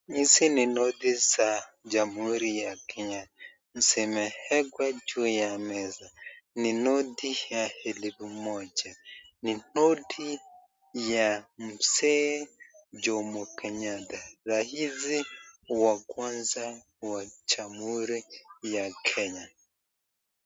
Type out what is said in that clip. Hizi ni noti za Jamhuri ya Kenya zimeekwa juu ya meza. Ni noti ya elfu moja. Ni noti ya mzee jomo Kenyatta. Rais wa kwanza wa Jamhuri ya Kenya.